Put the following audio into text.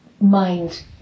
mind